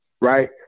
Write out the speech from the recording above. Right